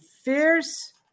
fierce